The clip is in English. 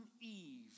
Eve